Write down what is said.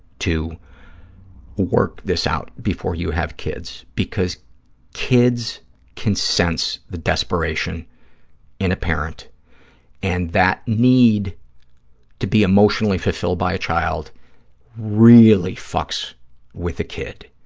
to work this out before you have kids, because kids can sense the desperation in a parent and that need to be emotionally fulfilled by a child really fucks with a kid.